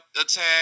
attack